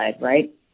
right